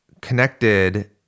connected